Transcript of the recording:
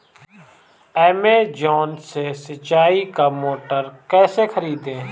Amazon से सिंचाई का मोटर कैसे खरीदें?